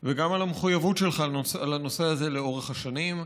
וגם על המחויבות שלך לנושא הזה לאורך השנים.